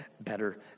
better